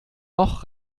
noch